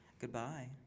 Goodbye